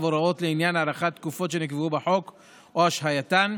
הוראות לעניין הארכת תקופות שנקבעו בחוק או השהייתן,